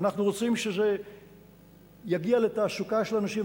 אנחנו רוצים שזה יגיע לתעסוקה של אנשים,